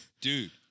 Dude